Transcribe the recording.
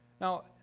Now